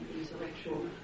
intellectual